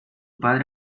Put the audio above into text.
padre